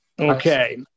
Okay